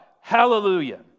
Hallelujah